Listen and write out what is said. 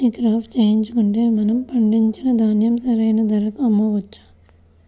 ఈ క్రాప చేయించుకుంటే మనము పండించిన ధాన్యం సరైన ధరకు అమ్మవచ్చా?